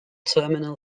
terminal